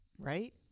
right